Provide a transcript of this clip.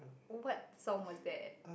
oh what song was that